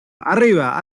arriba